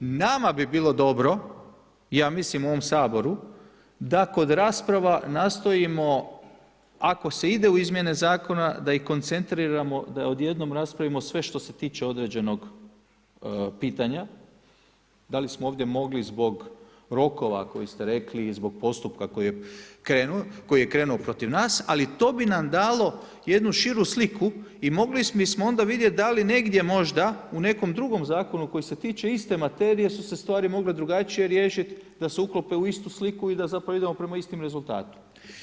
Nama bi bilo dobro i ja mislim ovom Saboru da kod rasprava nastojimo, ako se ide u izmjene zakona da ih koncentriramo, da odjednom raspravimo sve što se tiče određenog pitanja, da li smo ovdje mogli zbog rokova koje ste rekli i zbog postupka koji je krenuo protiv nas, ali to bi nam dalo jednu širu sliku i mogli bismo onda vidjet da li negdje možda u nekom drugom zakonu koji se tiče iste materije su se stvari mogle drugačije riješit da se uklope u istu sliku i da zapravo idemo prema istim rezultatima.